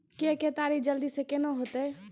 के केताड़ी जल्दी से के ना होते?